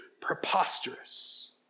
Preposterous